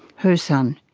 her son.